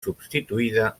substituïda